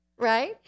right